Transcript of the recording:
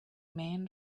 men